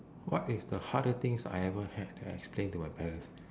what is the harder things I ever had to explain to my parents